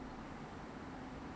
also like muslim is okay